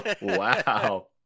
Wow